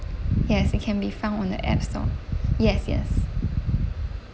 yes it can be found on the apps store yes yes